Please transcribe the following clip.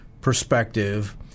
perspective –